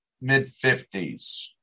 mid-50s